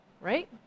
right